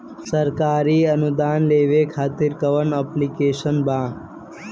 सरकारी अनुदान लेबे खातिर कवन ऐप्लिकेशन बा?